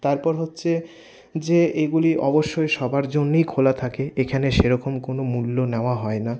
তারপর হচ্ছে যে এগুলি অবশ্যই সবার জন্যেই খোলা থাকে এখানে সেরকম কোনো মূল্য নেওয়া হয় না